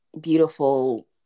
beautiful